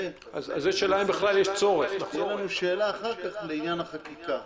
תהיה לנו שאלה אחר כך לעניין החקיקה.